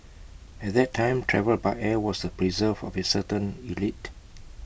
at that time travel by air was the preserve of A certain elite